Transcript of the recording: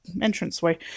entranceway